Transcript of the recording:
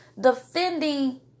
defending